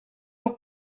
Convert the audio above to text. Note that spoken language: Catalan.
del